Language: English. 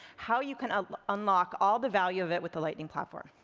how you can unlock all the value of it with the lightning platform.